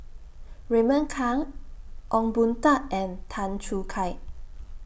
Raymond Kang Ong Boon Tat and Tan Choo Kai